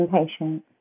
impatient